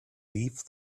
leave